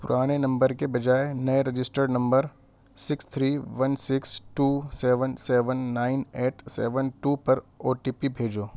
پرانے نمبر کے بجائے نئے رجسٹرڈ نمبر six three one six two seven seven nine eight seven two پر او ٹی پی بھیجو